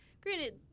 Granted